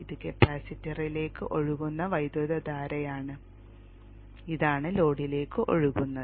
ഇത് കപ്പാസിറ്ററിലേക്ക് ഒഴുകുന്ന വൈദ്യുതധാരയാണ് ഇതാണ് ലോഡിലേക്ക് ഒഴുകുന്നത്